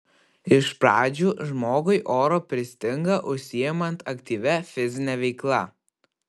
iš pradžių žmogui oro pristinga užsiimant aktyvia fizine veikla